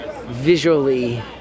visually